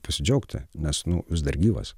pasidžiaugti nes nu vis dar gyvas